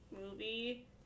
movie